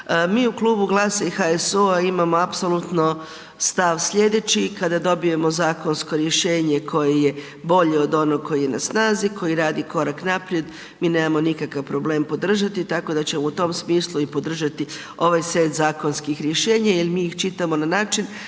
Mi u klubu GLAS-a i HSU-a imamo apsolutno stav sljedeće i kada dobijemo zakonsko rješenje koje je bolje od onog koji je na snazi, koji radi korak naprijed mi nemamo nikakav problem podržati tako da ćemo i u tom smislu i podržati ovaj set zakonskih rješenja jer mi ih čitamo na način